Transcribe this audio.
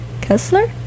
kessler